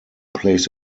plays